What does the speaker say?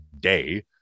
day